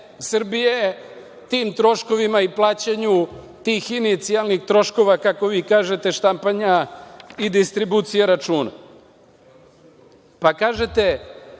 tim troškovima i plaćanju tih inicijalnih troškova, kako vi kažete štampanja i distribucije računa. Kažete